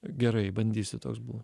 gerai bandysiu toks būt